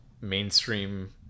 mainstream